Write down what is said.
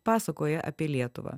pasakoja apie lietuvą